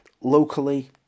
locally